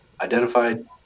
identified